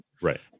right